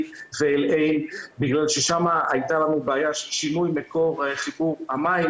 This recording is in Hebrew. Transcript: ואל-עין בגלל ששם הייתה לנו בעיה של שינוי מקור חיבור המים,